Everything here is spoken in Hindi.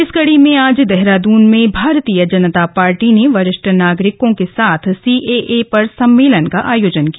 इस कड़ी में आज देहरादून में भारतीय जनता पार्टी ने वरिष्ठ नागरिकों के साथ सीएए पर सम्मेलन का आयोजन किया